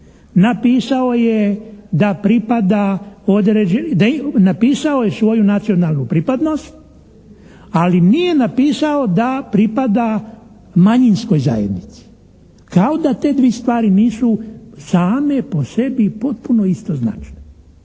napisao je svoju nacionalnu pripadnost ali nije napisao da pripada manjinskoj zajednici kao da te dvije stvari nisu same po sebi potpuno istoznačne.